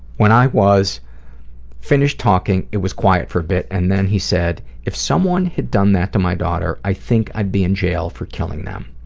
when i was finished talking, it was quiet for a bit and then he said, if someone had done that to my daughter, i think i'd be and jail for killing them.